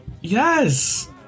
Yes